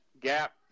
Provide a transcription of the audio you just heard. gap